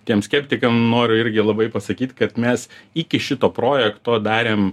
tiem skeptikam noriu irgi labai pasakyt kad mes iki šito projekto darėm